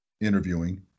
interviewing